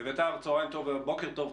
אביתר, בוקר טוב.